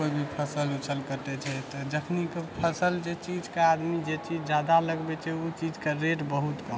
कोइ भी फसल ओसल कटैत छै तऽ जखन कि फसल जे चीजके आदमी जे चीज जादा लगबैत छै ओ चीजके रेट बहुत कम होइत छै